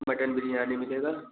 mutton biryani मिलेगी